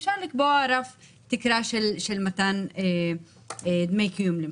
אפשר לקבוע תקרה של מתן דמי קיום למשתתפים.